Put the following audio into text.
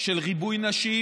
של ריבוי נשים